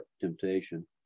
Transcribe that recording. temptation